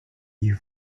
you